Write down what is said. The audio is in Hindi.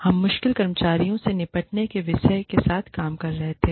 हम मुश्किल कर्मचारियों से निपटने के विषय के साथ काम कर रहे थे